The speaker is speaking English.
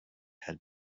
had